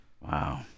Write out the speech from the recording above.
Wow